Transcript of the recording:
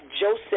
Joseph